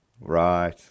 Right